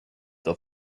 the